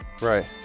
Right